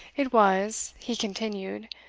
it was, he continued,